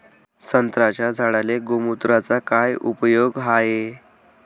संत्र्याच्या झाडांले गोमूत्राचा काय उपयोग हाये?